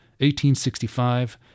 1865